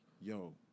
yo